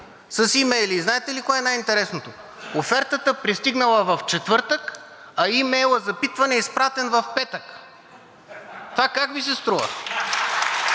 с имейли. И знаете ли кое е най-интересното? Офертата пристигнала в четвъртък, а имейлът запитване е изпратен в петък. (Смях, шум и реплики